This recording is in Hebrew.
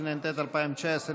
התשע"ט 2019,